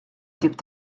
tip